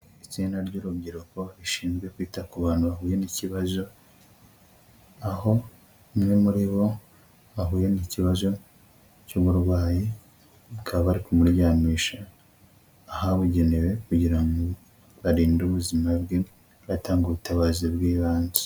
Itsinda ry'urubyiruko rishinzwe kwita ku bantu bahuye n'ikibazo, aho umwe muri bo ahuye n'ikibazo cy'uburwayi, bakaba bari kumuryamisha ahabugenewe kugira ngo barinde ubuzima bwe, batanga ubutabazi bw'ibanze.